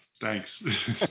Thanks